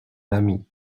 ami